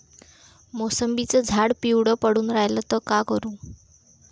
मोसंबीचं झाड पिवळं पडून रायलं त का करू?